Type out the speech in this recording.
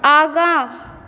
आगाँ